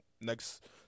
next